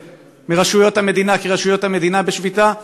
מרשויות המדינה כי רשויות המדינה בשביתה,